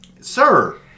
Sir